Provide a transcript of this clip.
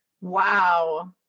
Wow